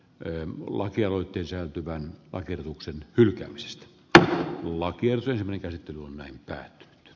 eun lakialoitteen säätyvän hakemuksen hylkäämistä tämä on lakkien tekemisessä ja onnittelen ed